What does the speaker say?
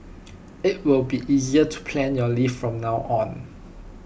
IT will be easier to plan your leave from now on